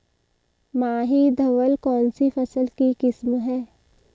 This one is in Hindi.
माही धवल कौनसी फसल की किस्म है?